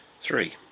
Three